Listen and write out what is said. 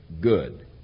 good